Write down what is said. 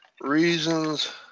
reasons